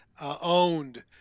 Owned